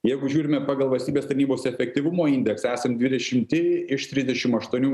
jeigu žiūrime pagal valstybės tarnybos efektyvumo indeksą esam dvidešimti iš trisdešim aštuonių